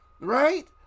Right